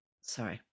Sorry